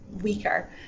weaker